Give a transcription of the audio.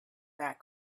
that